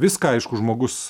viską aišku žmogus